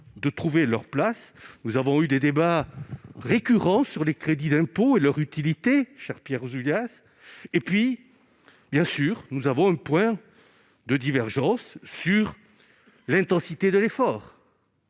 de trouver leur place. Nous avons eu des débats récurrents sur les crédits d'impôt et leur utilité, cher Pierre Ouzoulias. Nous avons un point de divergence sur l'intensité de l'effort,